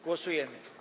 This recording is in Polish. Głosujemy.